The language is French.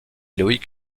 loïc